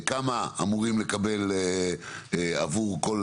כמה אמורים לקבל עבור כל